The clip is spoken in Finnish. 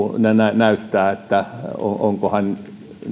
näyttää onko hän